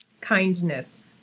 kindness